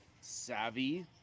Savvy